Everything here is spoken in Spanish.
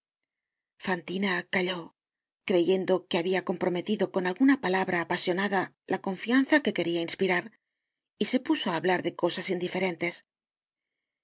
fantina calló creyendo que habia comprometido con alguna palabra apasionada la confianza que queria inspirar y se puso á hablar de cosas indiferentes